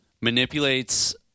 manipulates –